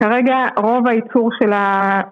‫כרגע רוב הייצור של ה...